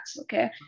okay